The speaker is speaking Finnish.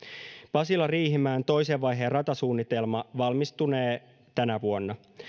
pasila riihimäen toisen vaiheen ratasuunnitelma valmistunee tänä vuonna